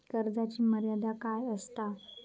कर्जाची मर्यादा काय असता?